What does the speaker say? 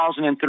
2003